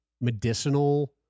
medicinal